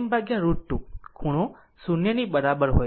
m √ 2 ખૂણો 0 ની બરાબર હોય છે